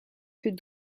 que